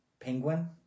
Penguin